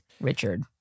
Richard